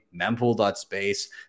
Mempool.space